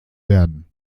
werden